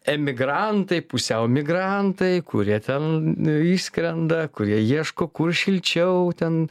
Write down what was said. emigrantai pusiau migrantai kurie ten išskrenda kurie ieško kur šilčiau ten